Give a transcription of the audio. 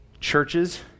Churches